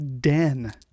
Den